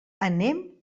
anem